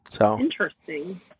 Interesting